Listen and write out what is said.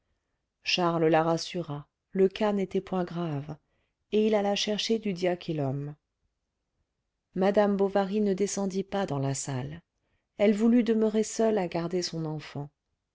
charles la rassura le cas n'était point grave et il alla chercher du diachylum madame bovary ne descendit pas dans la salle elle voulut demeurer seule à garder son enfant